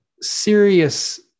serious